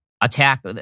attack